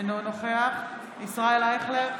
אינו נוכח ישראל אייכלר,